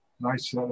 nice